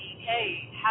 hey